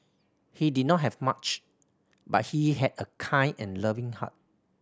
he did not have much but he had a kind and loving heart